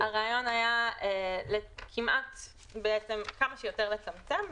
הרעיון היה כמה שיותר לצמצם,